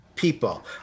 people